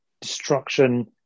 destruction